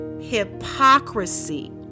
hypocrisy